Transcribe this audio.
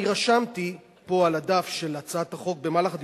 אני רשמתי פה על הדף של הצעת החוק במהלך הדיון,